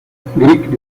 great